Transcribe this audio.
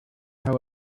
how